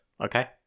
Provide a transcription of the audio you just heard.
Okay